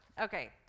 Okay